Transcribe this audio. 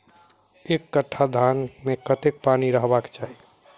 एक कट्ठा धान मे कत्ते पानि रहबाक चाहि?